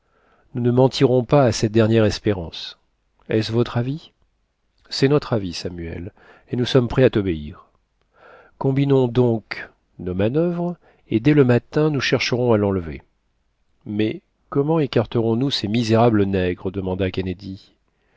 nous ne mentirons pas à cette dernière espérance est-ce votre avis c'est notre avis samuel et nous sommes prêts à tobéir combinons donc nos manuvres et dès le matin nous chercherons à l'enlever mais comment écarterons nous ces misérables nègres demanda kennedy